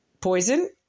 poison